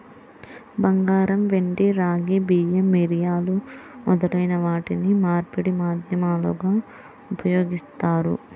బంగారం, వెండి, రాగి, బియ్యం, మిరియాలు మొదలైన వాటిని మార్పిడి మాధ్యమాలుగా ఉపయోగిత్తారు